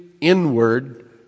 inward